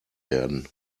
werden